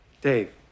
Dave